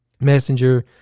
messenger